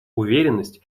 уверенность